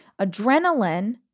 Adrenaline